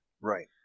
Right